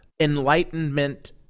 enlightenment